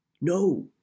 No